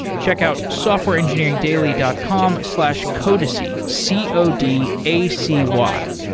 checkout softwareengineeringdaily dot com slash codacy, c o d a c y.